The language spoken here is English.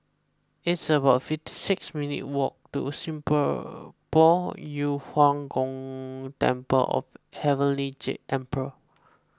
it's about fifty six minutes' walk to Yu Huang Gong Temple of Heavenly Jade Emperor